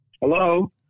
Hello